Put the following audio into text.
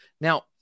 now